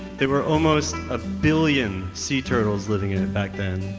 there were almost a billion sea turtles living in it back then.